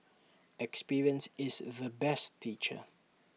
experience is the best teacher